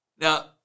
Now